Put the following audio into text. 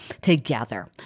together